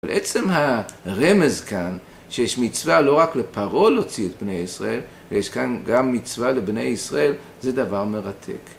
בעצם הרמז כאן, שיש מצווה לא רק לפרעו להוציא את בני ישראל, ויש כאן גם מצווה לבני ישראל, זה דבר מרתק.